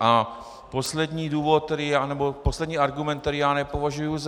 A poslední důvod nebo poslední argument, který já nepovažuji